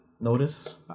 notice